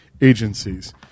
agencies